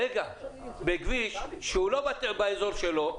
כשהוא לא באזור שלו,